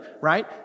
right